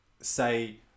say